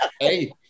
Hey